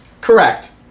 Correct